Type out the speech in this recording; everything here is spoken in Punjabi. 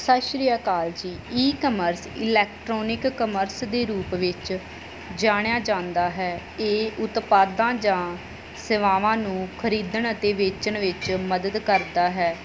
ਸਤਿ ਸ਼੍ਰੀ ਅਕਾਲ ਜੀ ਈ ਕਮਰਸ ਇਲੈਕਟਰੋਨਿਕ ਕਮਰਸ ਦੇ ਰੂਪ ਵਿੱਚ ਜਾਣਿਆ ਜਾਂਦਾ ਹੈ ਇਹ ਉਤਪਾਦਾਂ ਜਾਂ ਸੇਵਾਵਾਂ ਨੂੰ ਖਰੀਦਣ ਅਤੇ ਵੇਚਣ ਵਿੱਚ ਮਦਦ ਕਰਦਾ ਹੈ